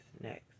next